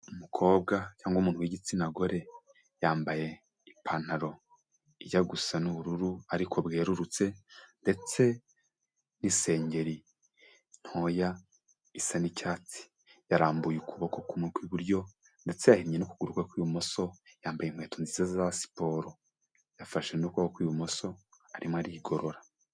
Umukobwa cyangwa umuntu w'igitsina gore, yambaye ipantaro ijya gusa n'ubururu ariko bwerurutse, ndetse n'isengeri ntoya isa n'icyatsi, yarambuye ukuboko k'umwe kw'iburyo, ndetse yahinye n'ukuguru kwe kw'ibumoso, yambaye inkweto nziza za siporo, yafashe n'ukuboko kw'ibumoso arimo arigorora.